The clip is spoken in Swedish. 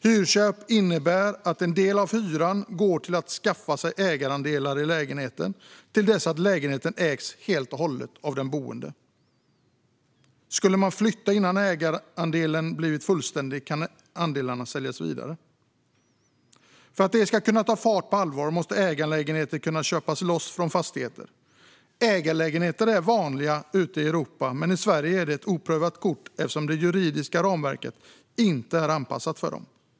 Hyrköp innebär att en del av hyran går till att skaffa sig ägarandelar i lägenheten till dess att lägenheten ägs helt och hållet av den boende. Skulle man flytta innan ägarandelen har blivit fullständig kan andelarna säljas vidare. För att detta ska kunna ta fart på allvar måste ägarlägenheter kunna köpas loss från fastigheter. Ägarlägenheter är vanliga ute i Europa, men i Sverige är de ett oprövat kort eftersom det juridiska ramverket inte är anpassat för dem.